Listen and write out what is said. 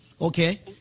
okay